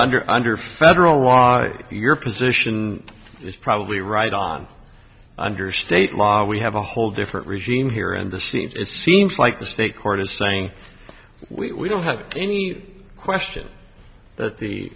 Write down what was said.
under under federal law if your position is probably right on under state law we have a whole different regime here and the seems it seems like the state court is saying we don't have any question that the